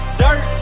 dirt